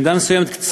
ובמידה מסוימת,